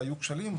והיו כשלים.